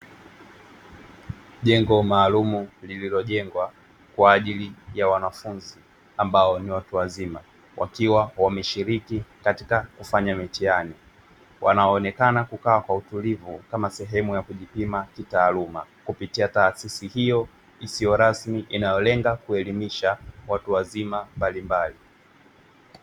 Jengo maalumu lililojengwa kwa ajili ya wanafunzi ambao ni watu wazima wakiwa wameshiriki katika kufanya mitihani, wanaonekana kukaa kwa utulivu kama sehemu ya kujipima kitaaluma kupitia taasisi hiyo isiyo rasmi inayolenga kuelimisha watu wazima mbalimbali.